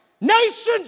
Nations